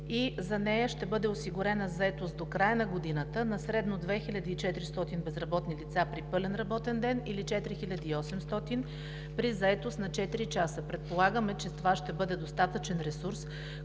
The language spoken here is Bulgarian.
и за нея ще бъде осигурена заетост до края на годината на средно 2400 безработни лица при пълен работен ден или 4800 при заетост на четири часа. Предполагаме, че това ще бъде достатъчен ресурс,